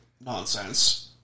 nonsense